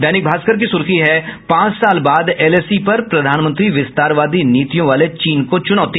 दैनिक भास्कर की सुर्खी है पांच साल बाद एलएसी पर प्रधानमंत्री विस्तारवादी नीतियों वाले चीन को चुनौती